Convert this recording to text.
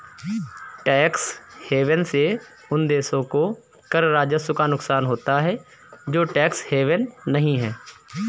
tax haven से उन देशों को कर राजस्व का नुकसान होता है जो टैक्स हेवन नहीं हैं